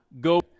go